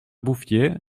bouffier